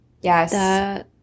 yes